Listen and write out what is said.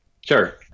Sure